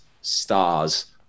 stars